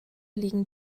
liegen